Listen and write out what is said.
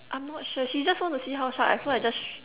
I'm not sure she just want to see how sharp ah so I just sh~